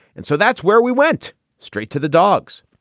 and so that's where we went straight to the dogs.